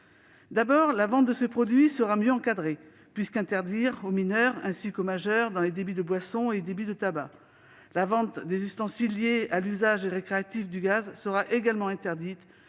D'abord, la vente de ce produit sera mieux encadrée, puisqu'elle sera interdite aux mineurs ainsi qu'aux majeurs dans les débits de boissons et les débits de tabac. La vente des ustensiles liés à l'usage récréatif du gaz sera également interdite,